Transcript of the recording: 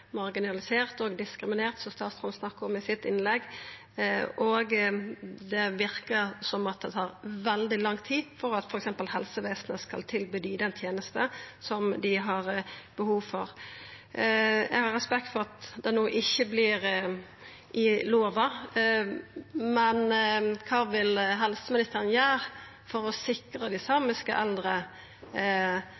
marginaliserte og diskriminerte, som statsråden snakka om i sitt innlegg. Det verkar som det tar veldig lang tid før f.eks. helsevesenet tilbyr dei tenestene som dei har behov for. Eg har respekt for at dette ikkje kjem no i lova. Men kva vil helseministeren gjera for å sikra dei